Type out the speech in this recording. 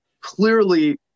clearly